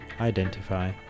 identify